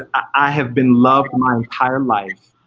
i have been loved my entire life.